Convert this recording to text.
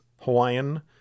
Hawaiian